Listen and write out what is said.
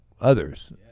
others